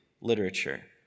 literature